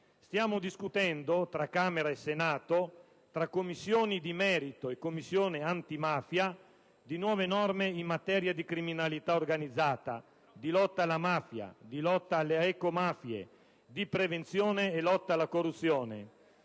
Stiamo discutendo, tra Camera e Senato, tra Commissioni di merito e Commissione antimafia, di nuove norme in materia di criminalità organizzata, di lotta alla mafia, di lotta alle ecomafie, di prevenzione e lotta alla corruzione,